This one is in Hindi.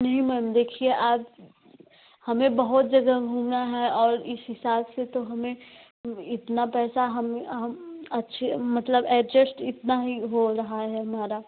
नहीं मैम देखिए आप हमें बहुत जगह घूमना है और इस हिसाब से तो हमें इतना पैसा हमें हम अच्छे मतलब एडजेस्ट इतना ही हो रहा है हमारा